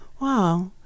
Wow